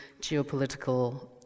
geopolitical